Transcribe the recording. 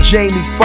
Jamie